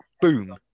boom